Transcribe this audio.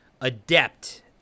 adept